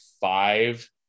five